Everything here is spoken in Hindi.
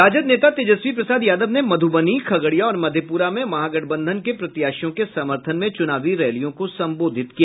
राजद नेता तेजस्वी प्रसाद यादव ने मध्बनी खगड़िया और मधेपुरा में महागठबंधन के प्रत्याशियों के समर्थन में चूनावी रैलियों को संबोधित किया